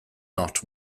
not